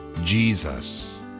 Jesus